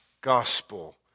gospel